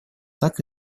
так